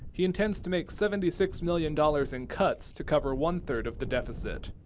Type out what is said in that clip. he intends to make seventy six million dollars in cuts to cover one third of the deficit.